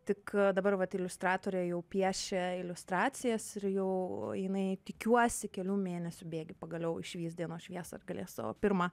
tik dabar vat iliustratorė jau piešia iliustracijas ir jau jinai tikiuosi kelių mėnesių bėgy pagaliau išvys dienos šviesą ir galės savo pirmą